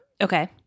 Okay